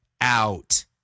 out